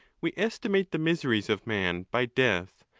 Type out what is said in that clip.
we estimate the miseries of man by death,